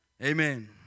Amen